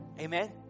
Amen